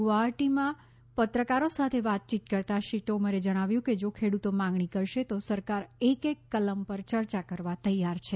ગુવાહાટીમાં પત્રકારો સાથે વાત કરતાં શ્રી તોમરે જણાવ્યું કે જો ખેડૂતો માંગણી કરશે તો સરકાર એક એક કલમ પર ચર્ચા કરવા તૈયાર છે